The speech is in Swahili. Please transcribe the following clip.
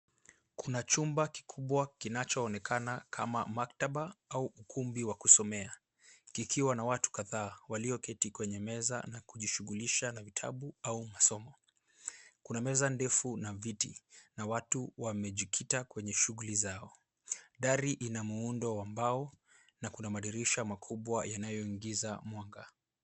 KUna chumba kikubwa kinachoonekana kama maktaba au ukumbi wa kusomea kikiwa na watu kadhaa walioketi kwenye meza na kujishugulisha na vitabu au masomo. Kuna meza ndefu na viti na watu wamejikita kwenye shuguli zao. Dari ina muundo wa mbao na kuna madirsha makubwa yanayoingiza mwanga.